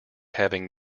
having